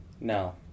No